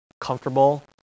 comfortable